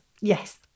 Yes